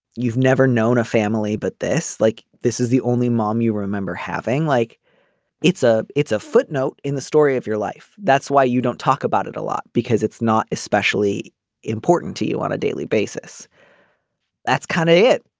you've never known a family but this like this is the only mom you remember having like it's a it's a footnote in the story of your life. that's why you don't talk about it a lot because it's not especially important to you on a daily basis that's kind of it.